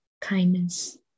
kindness